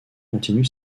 continue